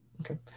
Okay